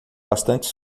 bastante